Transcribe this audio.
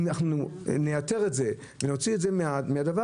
אם אנחנו נייתר את זה ונוציא את זה מן המשחק,